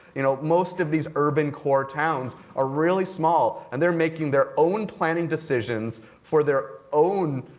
you know most of these urban core towns are really small. and they're making their own planning decisions for their own